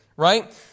right